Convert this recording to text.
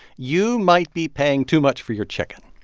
you might be paying too much for your chicken.